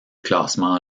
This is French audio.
classement